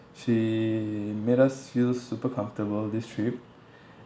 she made us feel super comfortable this trip